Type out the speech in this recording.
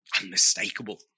Unmistakable